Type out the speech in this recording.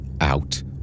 out